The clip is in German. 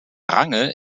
range